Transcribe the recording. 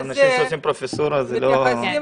לאנשים שעושים פרופסורה זה לא --- מתייחסים